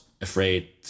afraid